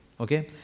Okay